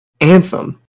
Anthem